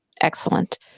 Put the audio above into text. excellent